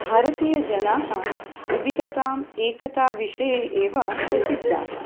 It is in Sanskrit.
भारतीयजनाः विविधतां एकताविषये एव प्रसिद्धाः